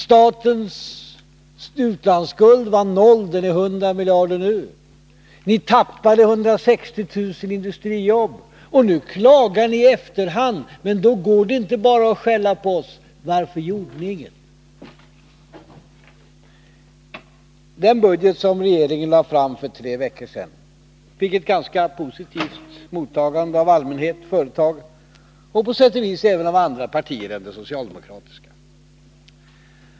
Statens utlandsskuld var noll — den är 100 miljarder nu. Ni tappade 160 000 industrijobb. Och nu klagar ni i efterhand. Men det går inte att bara skälla på oss. Varför gjorde ni ingenting? Den budget som regeringen lade fram för tre veckor sedan fick ett ganska positivt mottagande av allmänhet, företag och på sätt och vis även av andra partier än det socialdemokratiska.